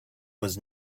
was